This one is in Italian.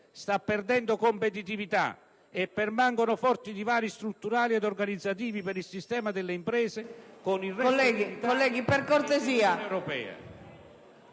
sta perdendo competitività e permangono forti divari strutturali ed organizzativi per il sistema delle imprese con il resto dell'Italia e dell'Unione europea.